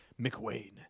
McWayne